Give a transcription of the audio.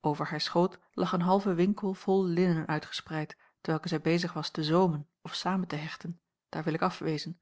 over haar schoot lag een halve winkel vol linnen uitgespreid t welk zij bezig was te zoomen of samen te hechten daar wil ik af wezen